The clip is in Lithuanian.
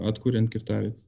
atkuriant kirtavietes